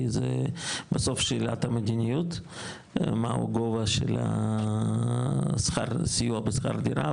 כי זה בסוף שאלת המדיניות מה הוא גובה סיוע בשכר דירה,